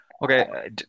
Okay